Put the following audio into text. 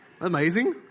Amazing